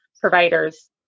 providers